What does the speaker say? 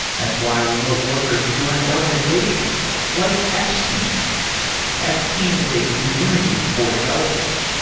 that's why remote workers join an organization like x-team. x-team is a community for developers.